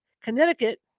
Connecticut